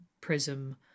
prism